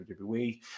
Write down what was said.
WWE